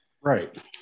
right